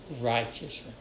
righteousness